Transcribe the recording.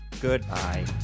goodbye